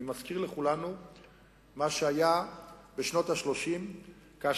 אני מזכיר לכולנו את מה שהיה בשנות ה-30 כאשר